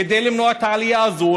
כדי למנוע את העלייה הזו.